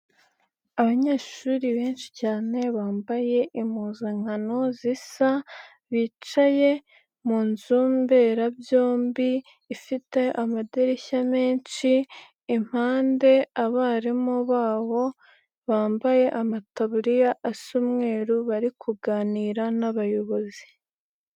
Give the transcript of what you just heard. Abanyeshuri benshi cyane bambaye impuzankano zisa, bicaye mu nzu mberabyombi, ifite amadirishya menshi, impande abarimu babo bambaye amataburiya asa mweruru, bari kuganira n'abayobozi.